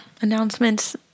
announcements